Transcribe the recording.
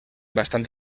bastant